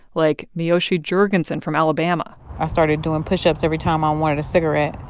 like miyoshi juergensen from alabama i started doing pushups every time i wanted a cigarette.